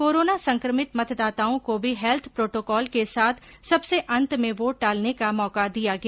corona संक्रमित मतदाताओं को भी हैल्थ प्रोटोकोल के साथ सबसे अन्त में वोट डालने का मौका दिया गया